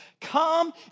Come